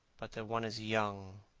but that one is young.